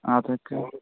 അതൊക്കെ